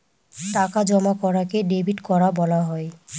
টাকা জমা করাকে ডেবিট করা বলা হয়